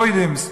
בוידם,